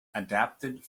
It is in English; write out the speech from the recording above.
adapted